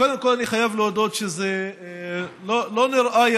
קודם כול, אני חייב להודות שזה לא נראה,